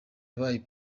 yabaye